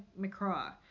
McCraw